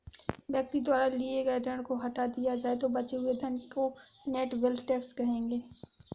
व्यक्ति द्वारा लिए गए ऋण को हटा दिया जाए तो बचे हुए धन को नेट वेल्थ टैक्स कहेंगे